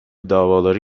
davaları